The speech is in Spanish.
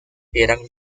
eran